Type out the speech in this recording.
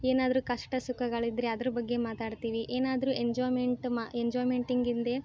ಏನಾದರೂ ಕಷ್ಟ ಸುಖಗಳಿದ್ದರೆ ಅದ್ರ ಬಗ್ಗೆ ಮಾತಾಡ್ತೀವಿ ಏನಾದರೂ ಎಂಜಾಯ್ಮೆಂಟ್ ಮಾ ಎಂಜಾಯ್ಮೆಂಟಿಂಗ್ ಹಿಂದೆ